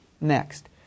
Next